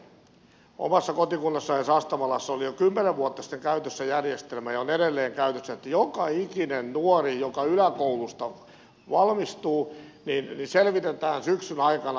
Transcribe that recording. omassa kotikunnassani sastamalassa oli jo kymmenen vuotta sitten ja on edelleen käytössä järjestelmä että joka ikisen nuoren joka yläkoulusta valmistuu tilanne selvitetään syksyn aikana